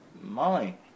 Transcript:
Molly